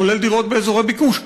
כולל דירות באזורי ביקוש,